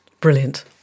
brilliant